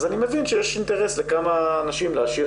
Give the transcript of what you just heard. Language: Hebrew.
אז אני מבין שיש אינטרס לכמה אנשים להשאיר